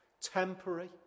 Temporary